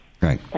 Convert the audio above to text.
Right